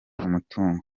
umutungo